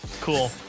Cool